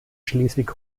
schleswig